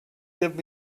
give